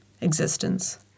existence